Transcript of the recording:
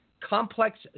complex